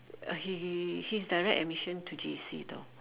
uh he he he's direct admission to J_C though